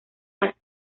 las